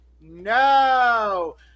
no